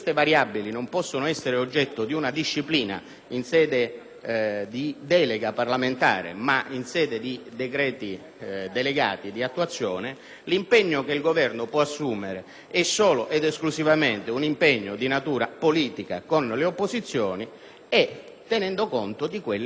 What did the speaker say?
di delega parlamentare, ma in sede di decreti delegati di attuazione, l'impegno che il Governo può assumere è solo ed esclusivamente di natura politica con le opposizioni, tenendo conto delle risultanze del dibattito parlamentare.